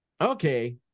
okay